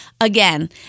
Again